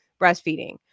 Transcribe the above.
breastfeeding